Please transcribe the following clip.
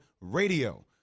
RADIO